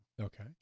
Okay